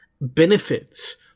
benefits